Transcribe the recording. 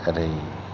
ओरै